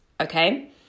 Okay